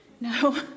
No